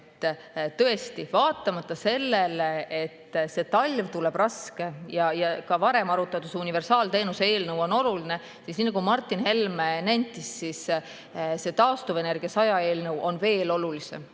Tõesti, vaatamata sellele, et talv tuleb raske ja ka varem arutatud universaalteenuse eelnõu on oluline, siis nii nagu Martin Helme nentis, see 100% taastuvenergia eelnõu on veel olulisem.